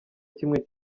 kimwe